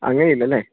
അങ്ങനെയില്ലല്ലേ